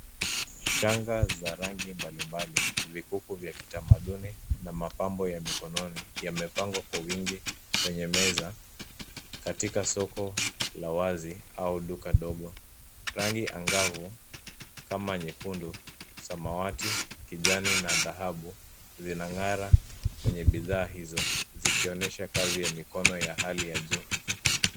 Shanga za rangi mbalimbali, vikuku cha kitamaduni na mapambo ya mikononi yamepangwa kwa wingi kwenye meza katika soko la wazi au duka dogo. Rangi angavu kama nyekundu, samawati, kijani na dhahabu zina nga'ara kwenye bidhaa hizo zikionyesha kazi ya mikono yavhali ya juu.